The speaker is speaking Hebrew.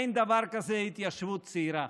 שאין דבר כזה התיישבות צעירה.